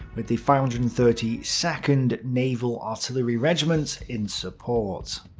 with the five hundred and thirty second naval artillery regiment in support.